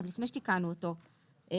עוד לפני שתיקנו אותו,